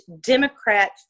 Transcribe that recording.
Democrat